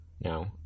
Now